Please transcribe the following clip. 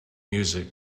music